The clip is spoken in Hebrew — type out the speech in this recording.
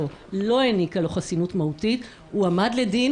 מה שעלה כאן,